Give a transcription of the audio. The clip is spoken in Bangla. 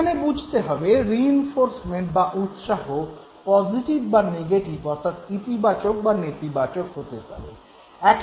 এখানে বুঝতে হবে রিইনফোর্সমেন্ট বা উৎসাহ পজিটিভ বা নেগেটিভ অর্থাৎ ইতিবাচক বা নেতিবাচক হতে পারে